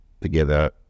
together